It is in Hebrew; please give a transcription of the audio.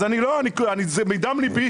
זה מדם ליבי,